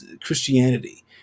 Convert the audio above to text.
Christianity